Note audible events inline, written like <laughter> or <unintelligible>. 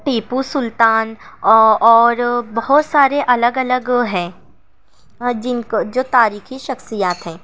ٹیپو سلطان اور بہت سارے الگ الگ ہیں <unintelligible> جن کو جو تاریخی شخصیات ہیں